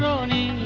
sony,